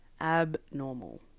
Abnormal